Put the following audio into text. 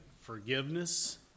forgiveness